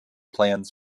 plans